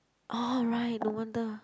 oh right no wonder